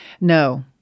No